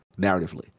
narratively